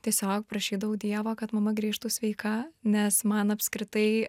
tiesiog prašydavau dievo kad mama grįžtų sveika nes man apskritai